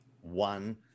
One